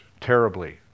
terribly